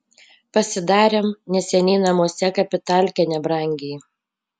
pasidarėm neseniai namuose kapitalkę nebrangiai